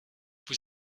vous